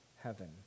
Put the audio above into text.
heaven